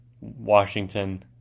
Washington